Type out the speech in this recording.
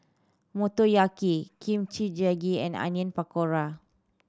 Motoyaki Kimchi Jjigae and Onion Pakora